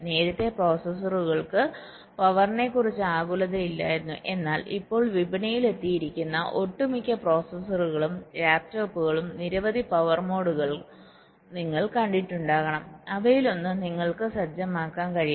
നേരത്തെ പ്രൊസസറുകൾക്ക് പവറിനെക്കുറിച്ച് ആകുലതയില്ലായിരുന്നു എന്നാൽ ഇപ്പോൾ വിപണിയിൽ എത്തിയിരിക്കുന്ന ഒട്ടുമിക്ക പ്രോസസറുകളും ലാപ്ടോപ്പുകളിലും നിരവധി പവർ മോഡുകൾ നിങ്ങൾ കണ്ടിട്ടുണ്ടാകണം അവയിലൊന്ന് നിങ്ങൾക്ക് സജ്ജമാക്കാൻ കഴിയും